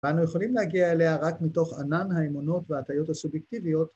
‫ואנו יכולים להגיע אליה רק מתוך ‫ענן האמונות והטיות הסובייקטיביות.